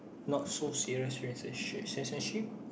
not so serious rela~ censorship